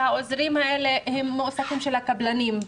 העוזרים האלה מועסקים של הקבלנים.